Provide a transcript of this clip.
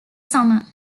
summer